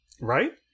Right